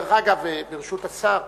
דרך אגב, ברשות השר,